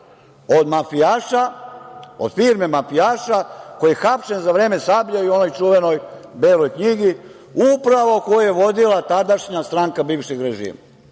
Od mafijaša, od firme mafijaša koji je hapšen za vreme "Sablje" u onoj čuvenoj Beloj knjigi, upravo koju je vodila tadašnja stranka bivšeg režima.